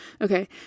okay